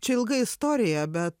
čia ilga istorija bet